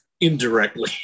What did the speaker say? indirectly